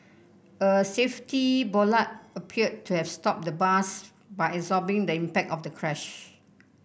a safety bollard appeared to have stopped the bus by absorbing the impact of the crash